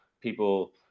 people